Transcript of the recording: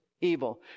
evil